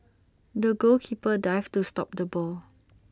the goalkeeper dived to stop the ball